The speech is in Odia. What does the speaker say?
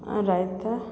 ରାଇତା